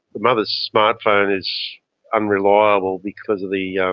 the mother's smart phone is unreliable because of the yeah